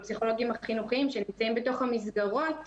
הפסיכולוגים החינוכיים שנמצאים בתוך המסגרות,